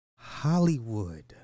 Hollywood